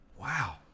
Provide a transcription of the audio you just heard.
Wow